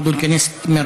התרבות והספורט נתקבלה.